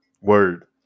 Word